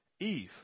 Eve